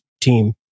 team